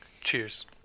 Cheers